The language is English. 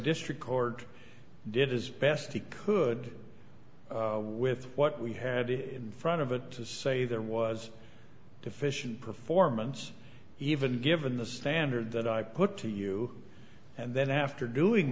district court did as best he could with what we had in front of a to say there was deficient performance even given the standard that i put to you and then after doing